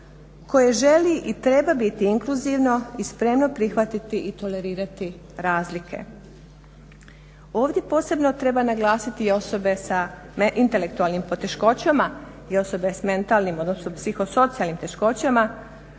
koje želi i treba biti inkluzivno i spremno prihvatiti i tolerirati razlike. Ovdje posebno treba naglasiti osobe s intelektualnim poteškoćama i osobe s mentalnim odnosno psihosocijalnim poteškoćama